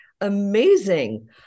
amazing